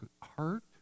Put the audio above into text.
heart